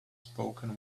spoken